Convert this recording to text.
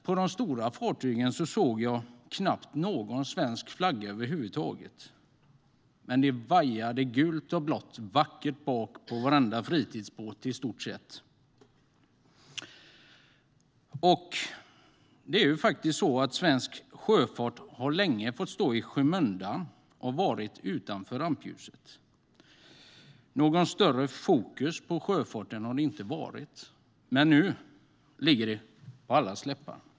På de stora fartygen såg jag knappt någon svensk flagga över huvud taget, medan det vajade vackert gult och blått bak på i stort sett varenda fritidsbåt. Svensk sjöfart har länge fått stå i skymundan, utanför rampljuset. Något större fokus på sjöfarten har det inte varit, men nu är det på allas läppar.